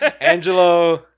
Angelo